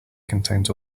contains